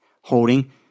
holding